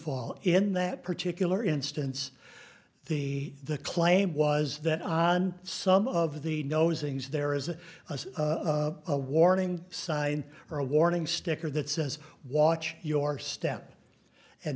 fall in that particular instance the the claim was that on some of the no zings there is a warning sign or a warning sticker that says watch your step and